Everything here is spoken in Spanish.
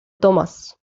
thomas